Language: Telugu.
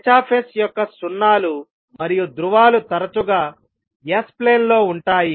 H యొక్క సున్నాలు మరియు ధ్రువాలు తరచుగా S ప్లేన్ లో ఉంటాయి